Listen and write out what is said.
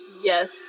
Yes